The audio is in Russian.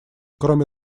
кроме